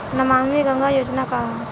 नमामि गंगा योजना का ह?